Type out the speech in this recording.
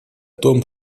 том